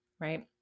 right